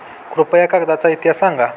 कृपया कागदाचा इतिहास सांगा